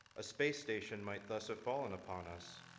a space station might thus have fallen upon us.